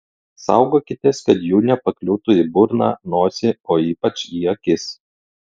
saugokitės kad jų nepakliūtų į burną nosį o ypač į akis